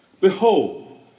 Behold